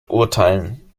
urteilen